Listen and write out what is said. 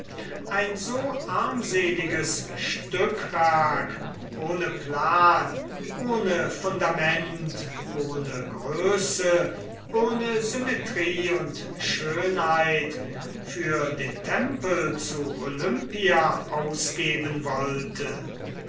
ein so armseliges stückwerk ohne plan ohne fundament ohne größe ohne symmetrie und schönheit für den tempel zu olympia ausgeben wollte